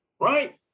Right